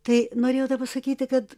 tai norėjau tą pasakyti kad